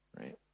Right